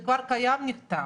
זה כבר קיים, נפתר.